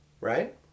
right